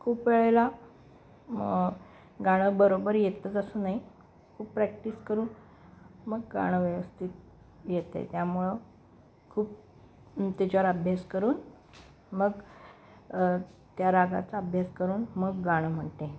खूप वेळेला म गाणं बरोबर येतच असं नाही खूप प्रॅक्टिस करून मग गाणं व्यवस्थित येतं त्यामुळं खूप त्याच्यावर अभ्यास करून मग त्या रागाचा अभ्यास करून मग गाणं म्हणते